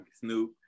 Snoop